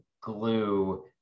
glue